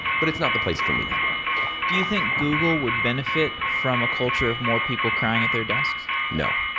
but it's not the place for me now do you think google would benefit from a culture of more people crying at their desks? no.